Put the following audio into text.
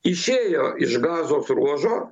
išėjo iš gazos ruožo